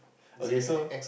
okay so